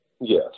Yes